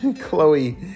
Chloe